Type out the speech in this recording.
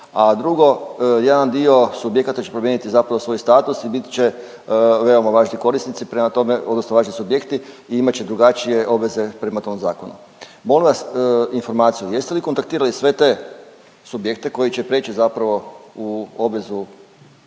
a drugo jedan dio subjekata će promijeniti svoj status i bit će veoma važni korisnici, prema tome odnosno vaši subjekti i imat će drugačije obveze prema tom zakonu. Molim vas informaciju, jeste li kontaktirali sve te subjekte koji će preći zapravo u obvezu